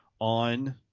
on